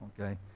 Okay